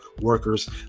workers